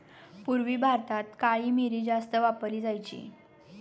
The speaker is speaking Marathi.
पूर्वी भारतात काळी मिरी जास्त वापरली जायची